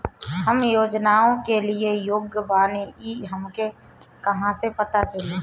हम योजनाओ के लिए योग्य बानी ई हमके कहाँसे पता चली?